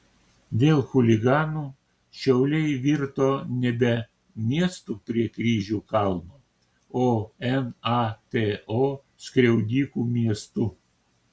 dėl chuliganų šiauliai virto nebe miestu prie kryžių kalno o nato skriaudikų miestu